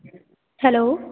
hello